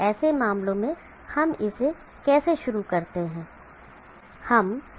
ऐसे मामलों में हम इसे कैसे शुरू करते हैं